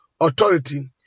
authority